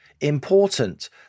important